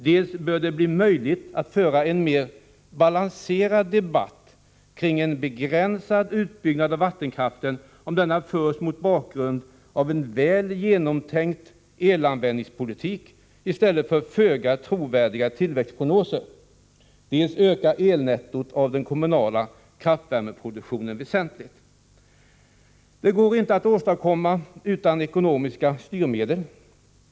Dels bör det bli möjligt att föra en mera balanserad debatt kring en begränsad utbyggnad av vattenkraften om den förs mot bakgrund av en väl genomtänkt elanvändningspolitik, i stället för föga trovärdiga tillväxtprognoser. Dels ökar ”elnettot” av den kommunala kraftvärmeproduktionen väsentligt. Detta går inte att åstadkomma utan ekonomiska styrmedel.